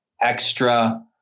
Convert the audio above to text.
extra